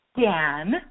Dan